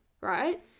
Right